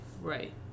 Right